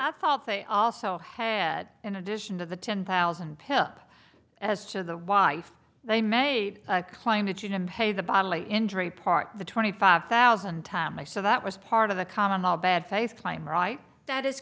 i thought they also had in addition to the ten thousand pick up as to the wife they made a claim that you didn't pay the bodily injury part the twenty five thousand tomei so that was part of the common law bad faith claim right that is